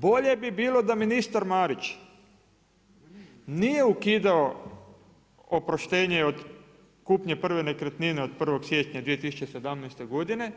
Bolje bi bilo da ministar Marić nije ukidao oproštenje od kupnje prve nekretnine od 1. siječnja 2017. godine,